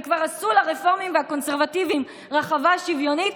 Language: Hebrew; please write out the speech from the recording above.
וכבר עשו לרפורמים ולקונסרבטיבים רחבה שוויונית,